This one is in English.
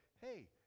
hey